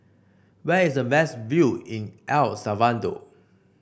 where is the best view in El Salvador